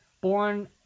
Born